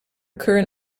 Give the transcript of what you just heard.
current